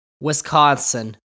Wisconsin